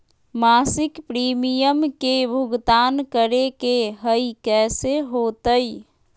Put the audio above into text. मासिक प्रीमियम के भुगतान करे के हई कैसे होतई?